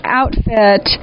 outfit